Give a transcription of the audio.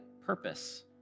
purpose